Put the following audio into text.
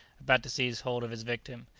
about to seize hold of his victim.